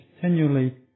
continually